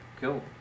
Cool